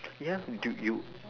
ya we do you